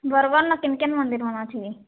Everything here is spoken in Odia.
ବରଗଡ଼ନ କିନ୍ କିନ୍ ମନ୍ଦିର୍ ମାନ ଅଛି କି